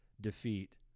defeat